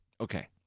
Okay